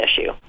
issue